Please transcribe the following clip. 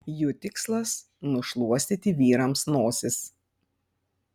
jų tikslas nušluostyti vyrams nosis